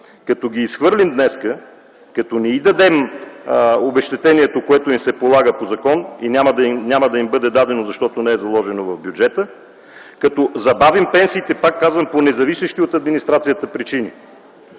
Като ги изхвърлим днес, като не им дадем обезщетението, което им се полага по закон, а няма да им бъде дадено, защото не е заложено в бюджета, като забавим пенсиите по независещи от администрацията причини,